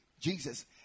jesus